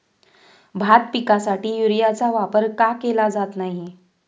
भात पिकासाठी युरियाचा वापर का केला जात नाही?